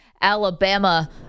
Alabama